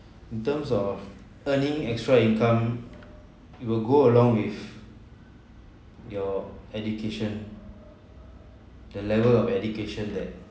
the terms of earning extra income it will go along with your education the level of education that